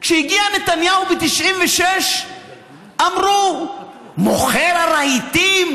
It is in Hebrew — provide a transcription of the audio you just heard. שכשהגיע נתניהו ב-1996 אמרו: מוכר הרהיטים,